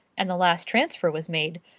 and the last transfer was made,